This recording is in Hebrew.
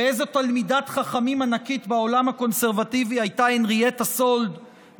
ואיזו תלמידת חכמים ענקית בעולם הקונסרבטיבי הייתה הנרייטה סאלד,